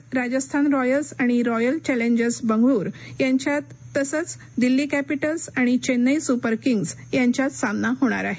आज राजस्थान रॉयल्स आणि Royal Challengers Bengaluru यांच्यात तसंच दिल्ली कॅपिटल्स आणि चेन्नई सूपर किंग्ज यांच्यात सामना होणार आहे